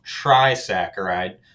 trisaccharide